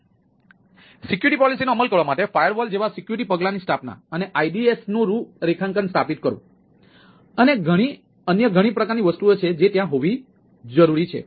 તેથી તેથી security policy જેવા સિક્યુરિટી પગલાંની સ્થાપના અને ID'sનું રૂપરેખાંકન સ્થાપિત કરવું અને અન્ય ઘણી પ્રકારની વસ્તુઓ છે જે ત્યાં હોવી જરૂરી છે